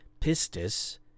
pistis